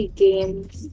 games